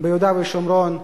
ביהודה ושומרון.